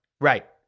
Right